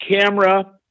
camera